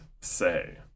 say